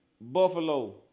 buffalo